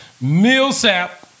Millsap